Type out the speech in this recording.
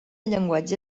llenguatge